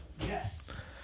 Yes